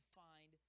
find